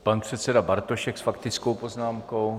Pan předseda Bartošek s faktickou poznámkou.